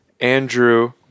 Andrew